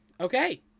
Okay